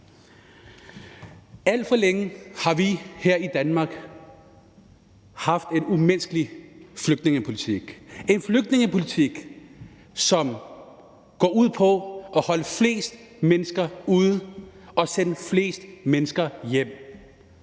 Alt for længe har vi her i Danmark haft en umenneskelig flygtningepolitik, en flygtningepolitik, som går ud på at holde flest mennesker ude og sende flest mennesker hjem.